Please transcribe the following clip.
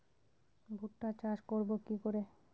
ভুট্টা চাষ করব কি করে?